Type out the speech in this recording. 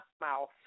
mouth